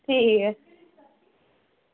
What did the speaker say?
ठीक ऐ भी